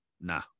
nah